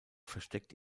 versteckt